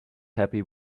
happy